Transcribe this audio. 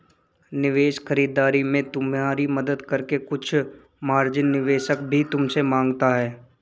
निवेश खरीदारी में तुम्हारी मदद करके कुछ मार्जिन निवेशक भी तुमसे माँगता है